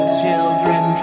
children